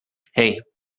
hey